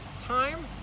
time